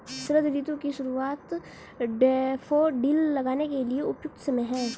शरद ऋतु की शुरुआत डैफोडिल लगाने के लिए उपयुक्त समय है